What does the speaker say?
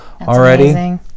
already